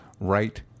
right